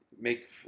Make